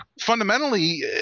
fundamentally